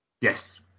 Yes